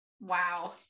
Wow